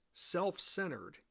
self-centered